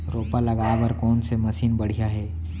रोपा लगाए बर कोन से मशीन बढ़िया हे?